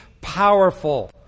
powerful